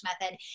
method